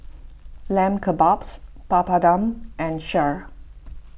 Lamb Kebabs Papadum and Kheer